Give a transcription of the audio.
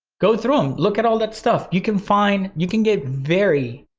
go through them, look at all that stuff. you can find, you can get very,